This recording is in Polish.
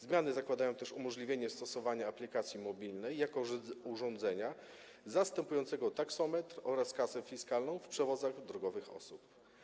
Zmiany zakładają też umożliwienie stosowania aplikacji mobilnej jako urządzenia zastępującego taksometr oraz kasę fiskalną w przewozach drogowych osób.